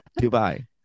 Dubai